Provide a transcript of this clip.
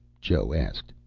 joe asked.